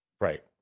Right